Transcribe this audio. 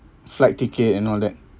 flight ticket and all that